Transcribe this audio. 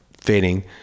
fading